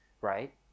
right